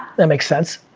that makes sense.